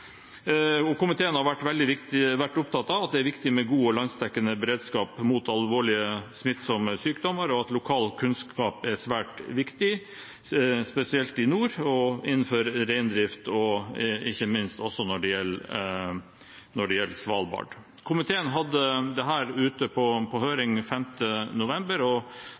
folkehelsen. Komiteen har vært opptatt av at det er viktig med god og landsdekkende beredskap mot alvorlige, smittsomme sykdommer, og at lokal kunnskap er svært viktig, spesielt i nord og innenfor reindrift, og ikke minst når det gjelder Svalbard. Komiteen hadde dette ute på høring 5. november, og